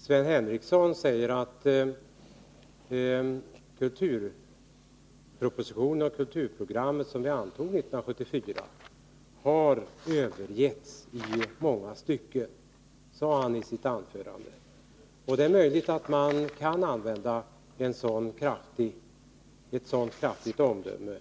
Sven Henricsson sade i sitt anförande att kulturpropositionen och det kulturprogram som vi antog 1974 har övergetts i många stycken, och det är möjligt att man kan använda ett så kraftigt omdöme